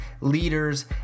leaders